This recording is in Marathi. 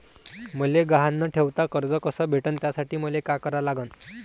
मले गहान न ठेवता कर्ज कस भेटन त्यासाठी मले का करा लागन?